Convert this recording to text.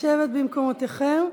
לשבת במקומותיכם.